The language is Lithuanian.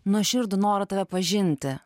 nuoširdų norą tave pažinti